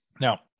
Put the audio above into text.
Now